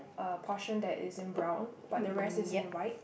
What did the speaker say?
a portion that is in brown but the rest is in white